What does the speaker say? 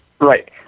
Right